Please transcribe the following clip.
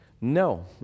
no